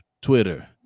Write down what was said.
Twitter